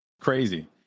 Crazy